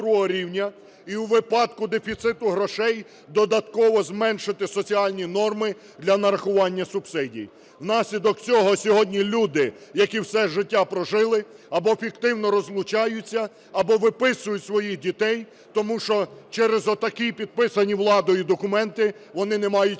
і у випадку дефіциту грошей додатково зменшити соціальні норми для нарахування субсидій. Внаслідок цього сьогодні люди, які все життя прожили або фіктивно розлучаються, або виписують своїх дітей, тому що через такі, підписані владою документи, вони не мають права